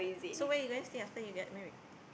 so where you going stay after you get married